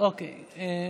הודעה